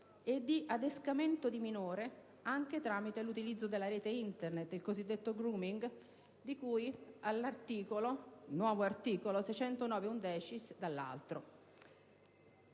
e di adescamento di minore anche tramite l'utilizzo della rete Internet (il cosiddetto *grooming*), di cui al nuovo articolo 609-*undecies*, dall'altro.